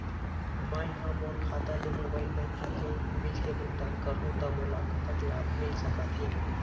मैं हा मोर खाता ले मोबाइल बैंकिंग ले बिल के भुगतान करहूं ता मोला कतक लाभ मिल सका थे?